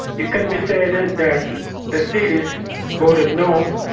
it can be said ah that the cities voted no,